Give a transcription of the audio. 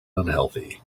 unhealthy